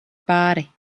pāri